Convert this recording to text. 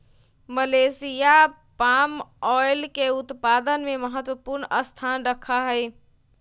Malaysia palm oil के उत्पादन में महत्वपूर्ण स्थान रखा हई